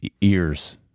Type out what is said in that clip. Ears